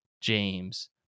James